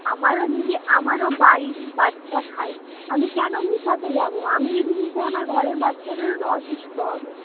আমারও নিজের আমারও বাড়ির বাচ্চা খায় আমি কেন মিশাতে যাবো আমি যদি মিশাই আমার ঘরের বাচ্চারও তো অসুস্থ হবে